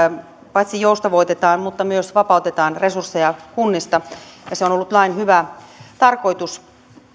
paitsi joustavoitetaan myös vapautetaan resursseja kunnista se on on ollut lain hyvä tarkoitus